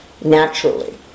naturally